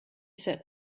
said